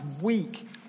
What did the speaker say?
weak